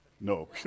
No